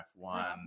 F1